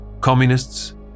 Communists